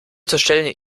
unterstellen